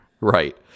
right